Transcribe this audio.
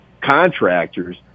contractors